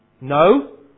No